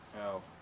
No